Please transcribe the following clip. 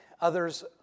others